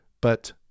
but-